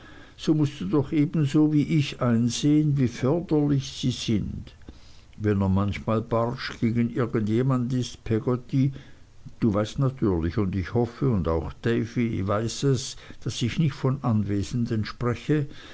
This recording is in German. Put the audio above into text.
so mußt du doch ebenso wie ich einsehen wie förderlich sie sind wenn er manchmal barsch gegen irgend jemand ist peggotty du weißt natürlich und ich hoffe auch davy weiß es daß ich nicht von anwesenden spreche